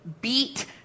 beat